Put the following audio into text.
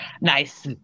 Nice